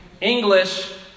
English